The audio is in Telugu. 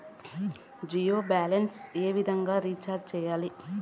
జియో బ్యాలెన్స్ ఏ విధంగా రీచార్జి సేయాలి?